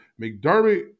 McDermott